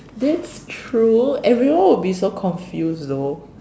that's true everyone will be so confused though